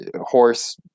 horse